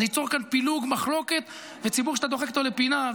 זה ייצור כאן פילוג ומחלוקת וציבור שאתה דוחק אותו לפינה.